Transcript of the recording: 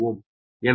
எனவே λ12 0